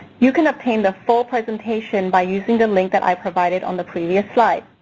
you can obtain the full presentation by using the link that i provided on the previous slide.